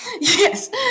yes